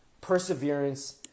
Perseverance